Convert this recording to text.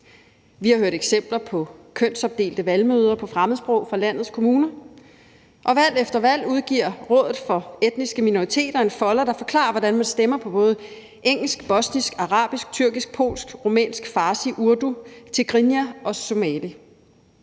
Vi har hørt eksempler på kønsopdelte valgmøder på fremmedsprog fra landets kommuner, og ved valg efter valg udgiver Rådet for Etniske Minoriteter en folder, der forklarer, hvordan man stemmer, på både engelsk, bosnisk, arabisk, tyrkisk, polsk, rumænsk, farsi, urdu, tigrinya og somali.